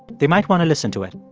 they might want to listen to it.